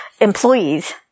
employees